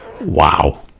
Wow